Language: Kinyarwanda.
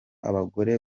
abagore